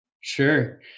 Sure